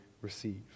receive